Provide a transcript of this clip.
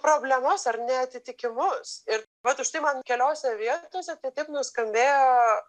problemas ar neatitikimus ir vat užtai man keliose vietose tai taip nuskambėjo